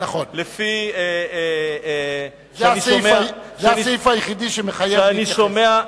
זה הסעיף היחיד שמחייב להתייחס.